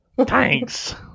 Thanks